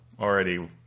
already